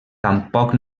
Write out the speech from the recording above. tampoc